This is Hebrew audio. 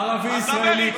ערבי ישראלי,